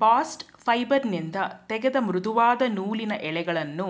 bast ಫೈಬರ್ನಿಂದ ತೆಗೆದ ಮೃದುವಾದ ನೂಲಿನ ಎಳೆಗಳನ್ನು